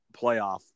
playoff